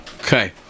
Okay